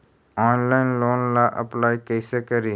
Online loan ला apply कैसे करी?